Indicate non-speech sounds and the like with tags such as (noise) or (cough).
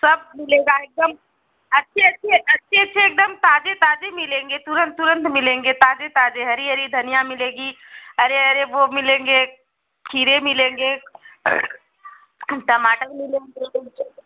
सब मिलेगा एकदम अच्छी अच्छी अच्छे अच्छे एकदम ताजे ताजे मिलेंगे तुरंत तुरंत मिलेंगे ताजे ताजे हरी हरी धनिया मिलेगी अरे अरे वो मिलेंगे खीरे मिलेंगे टमाटर मिलेंगे (unintelligible)